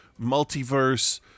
multiverse